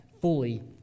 fully